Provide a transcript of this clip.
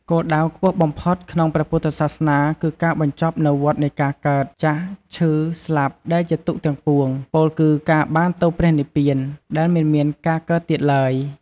គោលដៅខ្ពស់បំផុតក្នុងព្រះពុទ្ធសាសនា គឺការបញ្ចប់នូវវដ្តនៃការកើត ចាស់ ឈឺ ស្លាប់ ដែលជាទុក្ខទាំងពួង ពោលគឺការបានទៅព្រះនិព្វានដែលមិនមានការកើតទៀតឡើយ។